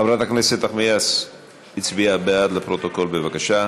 חברת הכנסת נחמיאס הצביעה בעד, לפרוטוקול, בבקשה.